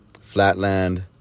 flatland